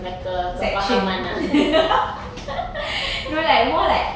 like a kefahaman ah